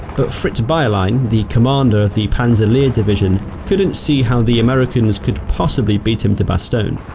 but fritz bayerlein, the commander the panzer lehr division couldn't see how the americans could possibly beat him to bastogne.